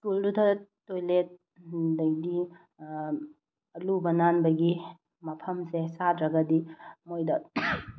ꯁ꯭ꯀꯨꯜꯗꯨꯗ toilet ꯑꯗꯒꯤ ꯂꯨꯕ ꯅꯥꯟꯕꯒꯤ ꯃꯐꯝꯁꯦ ꯆꯥꯗ꯭ꯔꯒꯗꯤ ꯃꯣꯏꯗ